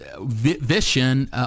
vision